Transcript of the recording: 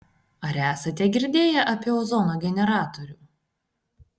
ar esate girdėję apie ozono generatorių